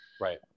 right